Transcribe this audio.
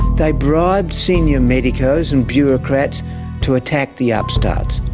they bribed senior medicos and bureaucrats to attack the upstarts,